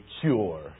cure